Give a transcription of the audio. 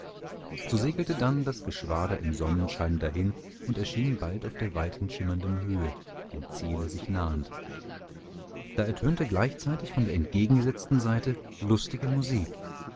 so segelte denn das geschwader im sonnenscheine dahin und erschien bald auf der weithin schimmernden höhe dem ziele sich nahend da ertönte gleichzeitig von der entgegengesetzten seite lustige musik